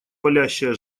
палящая